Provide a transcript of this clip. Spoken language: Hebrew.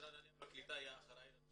משרד העלייה והקליטה יהיה אחראי לזה.